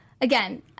again